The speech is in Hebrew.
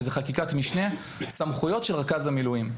שזה חקיקת משנה סמכויות של רכז מילואים.